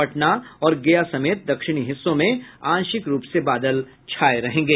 पटना और गया समेत दक्षिणी हिस्सों में आंशिक रूप से बादल छाये रहेंगे